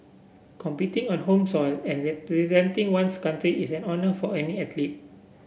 competing on home soil and representing one's country is an honour for any athlete